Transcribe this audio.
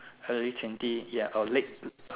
early twenty ya or late